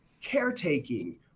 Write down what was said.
caretaking